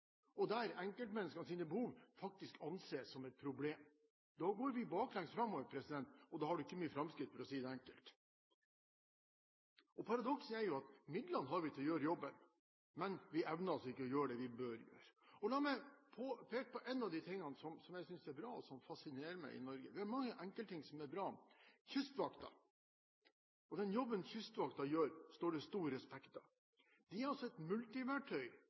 du ikke mye framskritt, for å si det enkelt. Paradokset er at vi har midlene til å gjøre jobben, men vi evner altså ikke å gjøre det vi bør gjøre. La meg peke på en av de tingene som jeg synes er bra, og som fascinerer meg i Norge – vi har mange enkeltting som er bra. Kystvakten, og den jobben som Kystvakten gjør, står det stor respekt av. De har et multiverktøy